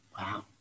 Wow